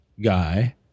guy